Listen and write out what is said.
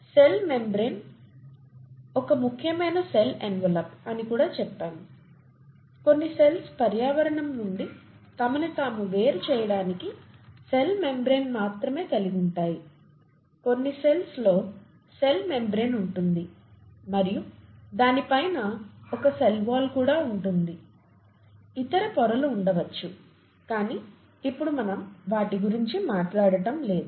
cell membrane ఒక ముఖ్యమైన cell envelope అని కూడా చెప్పాము కొన్ని సెల్స్ పర్యావరణం నుండి తమను తాము వేరు చేయడానికి సెల్ మెంబ్రేన్ మాత్రమే కలిగి ఉంటాయి కొన్ని సెల్స్ లో సెల్ మెంబ్రేన్ ఉంటుంది మరియు దాని పైన ఒక సెల్ వాల్ కూడా ఉంటుంది ఇతర పొరలు ఉండవచ్చు కానీ ఇప్పుడు మనం వాటి గురించి మాట్లాడటం లేదు